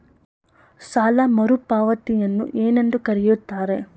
ಸಾಲ ಮರುಪಾವತಿಯನ್ನು ಏನೆಂದು ಕರೆಯುತ್ತಾರೆ?